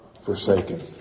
forsaken